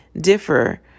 differ